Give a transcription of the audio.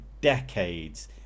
decades